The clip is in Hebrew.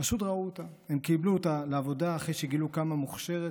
פשוט ראו אותה וקיבלו אותה לעבודה אחרי שגילו כמה מוכשרת,